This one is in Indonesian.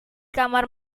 kamar